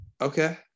okay